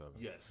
Yes